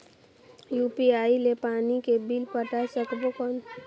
UPI ले पानी के बिल पटाय सकबो कौन?